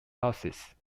houses